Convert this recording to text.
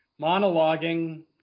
Monologuing